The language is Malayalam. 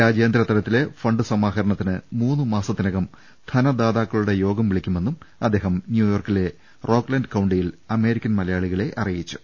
രാജ്യാന്തരതലത്തിലെ ഫണ്ട് സമാഹരണത്തിന് മൂന്നുമാസത്തിനകം ധനദാതാക്കളുടെ യോഗം വിളി ക്കുമെന്നും അദ്ദേഹം ന്യൂയോർക്കിലെ റോക്ക്ലാന്റ് കൌണ്ടിയിൽ അമേരി ക്കൻ മലയാളികളെ അറിയിച്ചു